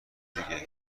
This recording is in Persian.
دیگه